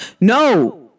No